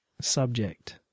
subject